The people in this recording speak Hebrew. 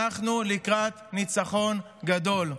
אנחנו לקראת ניצחון גדול.